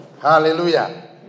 Hallelujah